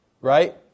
right